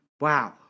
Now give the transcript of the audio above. wow